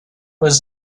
was